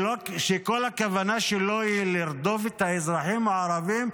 שכל הכוונה שלו היא לרדוף את האזרחים הערבים,